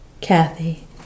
Kathy